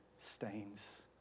stains